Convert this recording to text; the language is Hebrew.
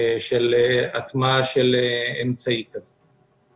של הטמעה של אמצעי כזה.